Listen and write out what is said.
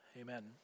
Amen